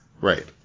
Right